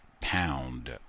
pound